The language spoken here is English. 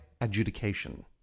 adjudication